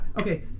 Okay